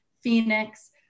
Phoenix